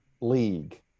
league